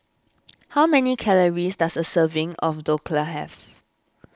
how many calories does a serving of Dhokla have